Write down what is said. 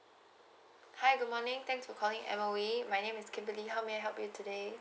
hi good morning thanks for calling M_O_E my name is kimberly how may I help you today